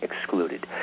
excluded